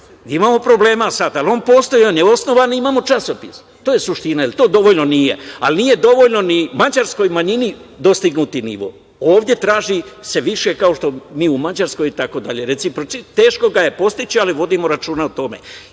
imamo problema sada, ali on postoji, on je osnovan, ali imamo časopis. To je suština. Da li je to dovoljno. Nije, ali nije dovoljno ni mađarskoj manjini dostignuti nivo. Ovde se traži više, kao mi u Mađarskoj i tako dalje. Reciprocitet, teško ga je postići, ali vodimo računa o tome.